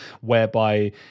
whereby